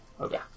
Okay